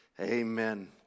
Amen